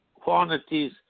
quantities